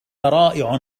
رائع